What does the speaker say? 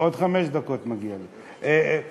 עוד חמש דקות מגיע לי, בסדר?